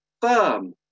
firm